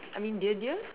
I mean dear dear